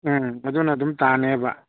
ꯎꯝ ꯑꯗꯨꯅ ꯑꯗꯨꯝ ꯇꯥꯅꯦꯕ